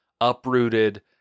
uprooted